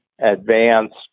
advanced